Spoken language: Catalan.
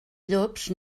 llops